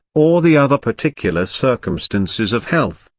or the other particular circumstances of health,